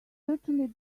certainly